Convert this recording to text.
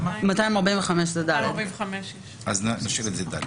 זה 245. אז נשאיר את זה ד'.